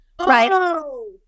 right